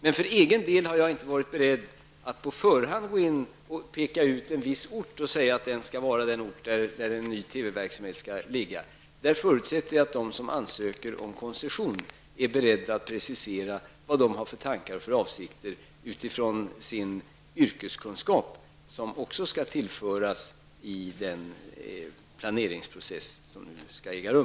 Men för egen del har jag inte varit beredd att på förhand peka ut en viss ort och säga att den nya TV-verksamheten skall ligga där. Jag förutsätter att de som ansöker om koncession är beredda att precisera vad de har för avsikter med hänsyn till sin yrkeskunskap, som också skall finnas med i den planeringsprocess som nu skall äga rum.